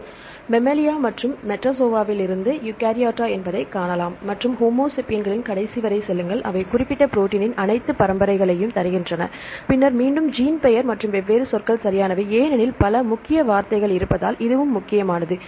இது மம்மேலியா மற்றும் மெட்டாசோவாவிலிருந்து யூகாரியோட்டா என்பதை காணலாம் மற்றும் ஹோமோ சேபியன்களின் கடைசி வரை செல்லுங்கள் அவை குறிப்பிட்ட ப்ரோடீனின் அனைத்து பரம்பரைகளையும் தருகின்றன பின்னர் மீண்டும் ஜீன் பெயர் மற்றும் வெவ்வேறு சொற்கள் சரியானவை ஏனெனில் பல முக்கிய வார்த்தைகள் இருப்பதால் இதுவும் முக்கியமானது